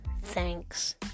thanks